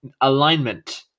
alignment